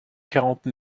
quarante